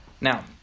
Now